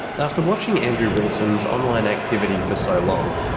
after watching andrew wilson's online activity for so long,